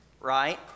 right